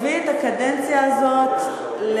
הביא את הקדנציה הזאת,